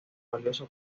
valioso